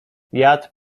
jadł